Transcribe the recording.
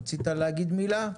רצית להגיד מילה?